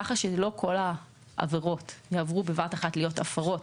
כך שלא כל העבירות יעברו בבת אחת להיות הפרות,